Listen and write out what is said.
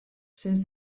since